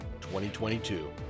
2022